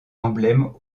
emblèmes